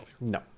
No